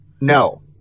No